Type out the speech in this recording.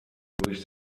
durch